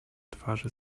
twarzy